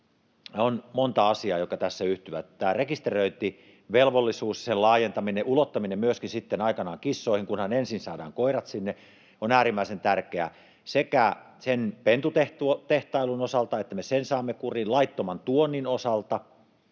On monta asiaa, jotka tässä yhtyvät. Tämä rekisteröintivelvollisuus ja sen laajentaminen, ulottaminen myöskin sitten aikanaan kissoihin, kunhan ensin saadaan koirat sinne, on äärimmäisen tärkeää sekä sen pentutehtailun osalta, että me sen saamme kuriin, että laittoman tuonnin osalta,